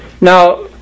Now